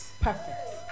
Perfect